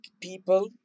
people